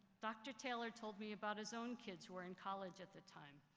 dr. taylor told me about his own kids who were in college at the time,